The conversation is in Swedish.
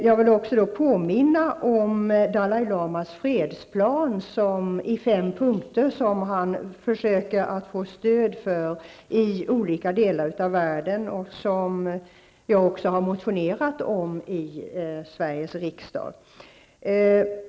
Jag vill också påminna om Dalai Lamas fredsplan i fem punkter, som han försöker få stöd för i olika delar av världen och som jag också har motionerat om i Sveriges riksdag.